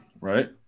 right